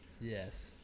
Yes